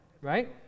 right